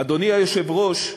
אדוני היושב-ראש,